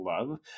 love